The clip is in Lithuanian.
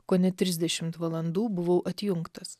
kone trisdešimt valandų buvau atjungtas